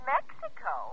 Mexico